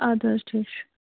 اَدٕ حظ ٹھیٖک چھُ